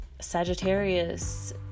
Sagittarius